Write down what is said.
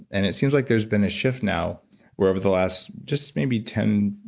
and it seems like there's been a shift now where over the last just maybe ten,